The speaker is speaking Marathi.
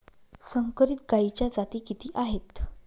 संकरित गायीच्या जाती किती आहेत?